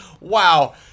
wow